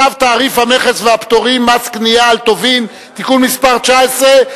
צו תעריף המכס והפטורים ומס קנייה על טובין (תיקון מס' 19),